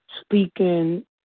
speaking